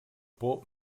por